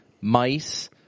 mice